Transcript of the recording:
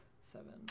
seven